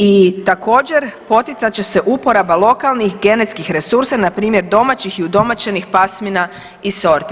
I također poticat će se uporaba lokalnih genetskih resursa npr. domaćih i udomaćenih pasmina i sorti.